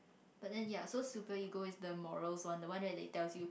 but then ya so super ego is the morals one the one where they tells you